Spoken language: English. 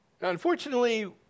Unfortunately